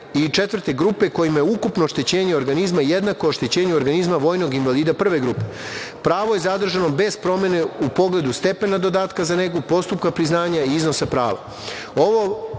i četvrte grupe kojima je ukupno oštećenje organizma jednako oštećenju organizma vojnog invalida prve grupe. Pravo je zadržano bez promene u pogledu stepena dodatka za negu postupka priznanja iznosa prava.